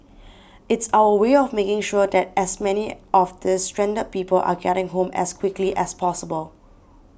it's our way of making sure that as many of these stranded people are getting home as quickly as possible